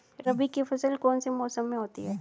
रबी की फसल कौन से मौसम में होती है?